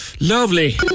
Lovely